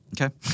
Okay